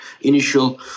initial